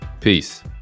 Peace